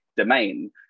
domain